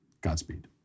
Godspeed